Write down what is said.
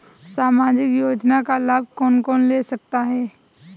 सामाजिक योजना का लाभ कौन कौन ले सकता है?